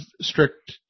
strict